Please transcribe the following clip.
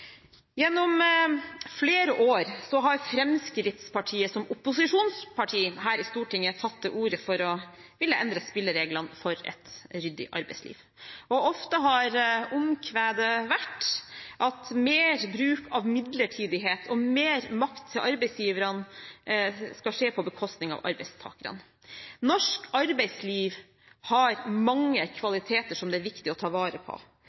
Gjennom flere år har Fremskrittspartiet som opposisjonsparti her i Stortinget tatt til orde for å ville endre spillereglene for et ryddig arbeidsliv. Ofte har omkvedet vært at mer bruk av midlertidighet og mer makt til arbeidsgiverne skal skje på bekostning av arbeidstakerne. Norsk arbeidsliv har mange kvaliteter som det er viktig å ta vare på.